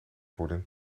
worden